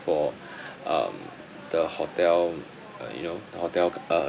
for um the hotel uh you know the hotel uh